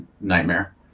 nightmare